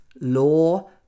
law